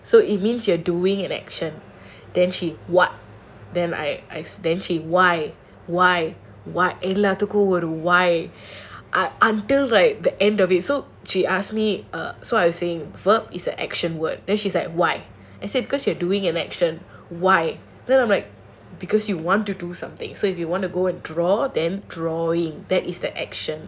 so it means you're doing an action then she what then I I then she why why eh எல்லாத்துக்கும் ஒரு:ellaathukkum oru why until right the end of it so she ask me uh so I saying verb is an action word then she's like why because I say you're doing an action why then I'm like because you want to do something so if you want to go and draw then drawing that is the action